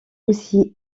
aussi